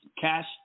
cash